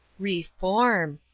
reform!